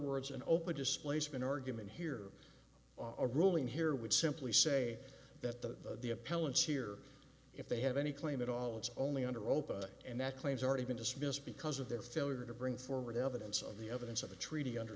words an open displacement argument here are growing here would simply say that the the appellant's here if they have any claim at all it's only under oath and that claims are even dismissed because of their failure to bring forward evidence of the evidence of the treaty under